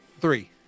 three